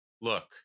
look